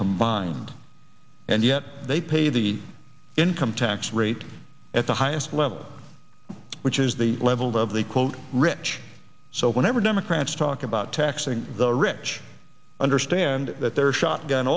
combined and yet they pay the income tax rate at the highest level which is the level of the quote rich so whenever democrats talk about taxing the rich understand that there are shot